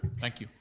thank you.